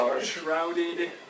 shrouded